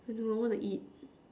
I don't know I want to eat